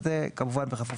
זה, כמובן, בכפוף